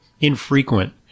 infrequent